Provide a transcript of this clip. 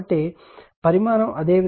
కాబట్టి పరిమాణం అదే విధంగా ఉంటుంది